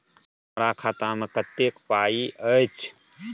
हमरा खाता में कत्ते पाई अएछ?